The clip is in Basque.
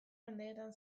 mendeetan